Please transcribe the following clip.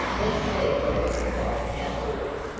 let's see what it looks like outdoors.